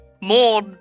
more